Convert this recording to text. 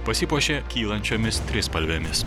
pasipuošė kylančiomis trispalvėmis